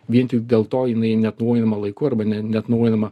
vien tik dėl to jinai neatnaujinama laiku arba neatnaujinama